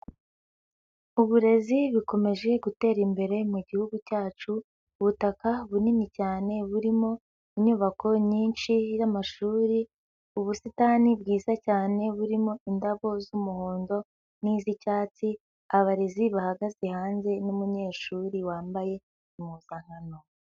Uburezi bikomeje gutera imbere mu mugi cyacu, ubutaka bunini cyane burimo inyubako nyinshi y'amashuri, ubusitani bwiza cyane burimo indabo z'umuhondo n'iz'icyatsi, abarezi bahagaze hanze n'umunyeshuri wambaye impuzankano.